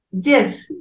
Yes